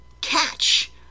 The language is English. catch